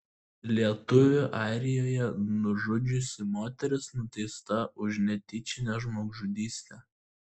lietuvį airijoje nužudžiusi moteris nuteista už netyčinę žmogžudystę